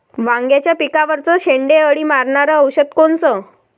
वांग्याच्या पिकावरचं शेंडे अळी मारनारं औषध कोनचं?